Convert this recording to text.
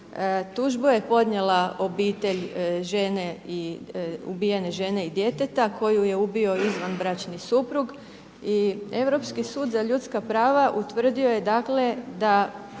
Tužbu je podnijela obitelj ubijene žene i djeteta koju je ubio izvanbračni suprug i Europski sud za ljudska prava utvrdio je da